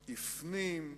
הפנים,